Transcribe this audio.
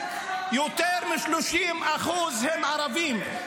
יותר מ-30% הם ערבים.